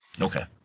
Okay